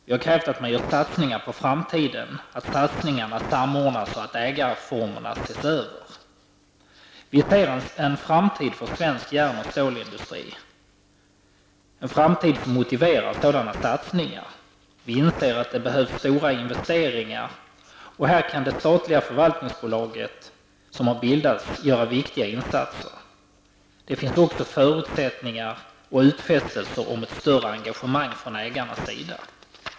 Vi har krävt att man gör satsningar på framtiden, att satsningarna samordnas och att ägarformerna ses över. Vi ser en framtid för svensk järn och stålindustri som motiverar sådana satsningar. Vi inser att det behövs stora investeringar. Här kan det statliga förvaltningsbolaget som har bildats göra viktiga insatser. Det finns också förutsättningar för och utfästelser om ett större engagemang från ägarnas sida.